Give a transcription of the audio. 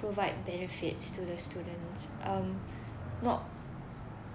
provide benefits to the student um not